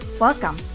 Welcome